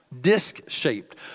disc-shaped